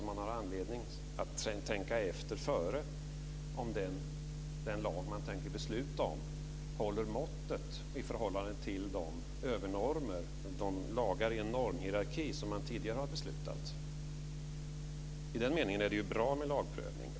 Man har anledning att tänka efter före om den lag man tänker besluta om håller måttet i förhållande till de övernormer, de lagar i en normhierarki, som man tidigare har beslutat om. I den meningen är det bra med lagprövning.